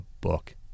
book